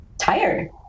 tired